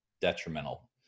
detrimental